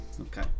Okay